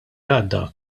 għadda